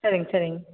சரிங்க சரிங்க